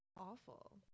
Awful